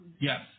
Yes